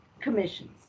commissions